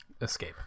escape